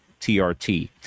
TRT